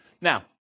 Now